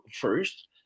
first